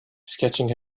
sketching